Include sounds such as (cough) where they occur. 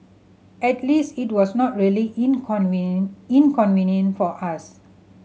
at least it was not really (unintelligible) inconvenient for us